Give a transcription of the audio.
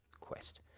quest